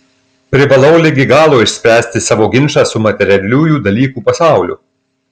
privalau ligi galo išspręsti savo ginčą su materialiųjų dalykų pasauliu